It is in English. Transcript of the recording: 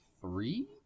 three